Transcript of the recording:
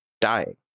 dying